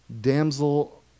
damsel